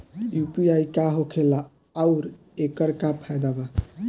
UPI का होखेला आउर एकर का फायदा बा?